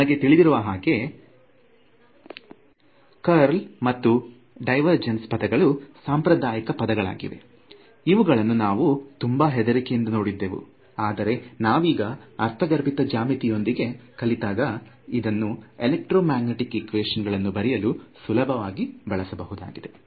ನಿಮಗೆ ತಿಳಿದಿರುವ ಹಾಗೆ ಕರ್ಲ್ ಮತ್ತು ಡಿವೆರ್ಜನ್ಸ್ ಪದಗಳು ಸಾಂಪ್ರದಾಯಿಕ ಪದಗಳಾಗಿವೆ ಇವುಗಳನ್ನು ನಾವು ತುಂಬಾ ಹೆದರಿಕೆಯಿಂದ ನೋಡಿದ್ದೆವು ಆದರೆ ನಾವೀಗ ಅರ್ಥಗರ್ಭಿತ ಜ್ಯಾಮಿತಿ ಯೊಂದಿಗೆ ಕಲಿತಾಗ ಅದನ್ನು ಎಲೆಕ್ಟ್ರೋ ಮ್ಯಾಗ್ನೆಟಿಕ್ ಈಕ್ವೇಶನ್ ಗಳನ್ನು ಬರೆಯಲು ಸುಲಭವಾಗಿ ಬಳಸಲಿದ್ದೇವೆ